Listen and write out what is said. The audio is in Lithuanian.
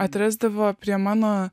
atrasdavo prie mano